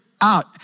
out